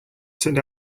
turned